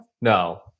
No